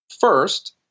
first